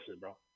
bro